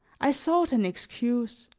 i sought an excuse,